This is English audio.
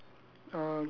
okay three okay